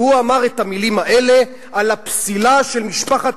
והוא אמר את המלים האלה על הפסילה של משפחת